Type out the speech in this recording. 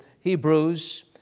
Hebrews